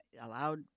allowed